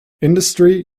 industry